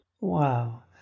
Wow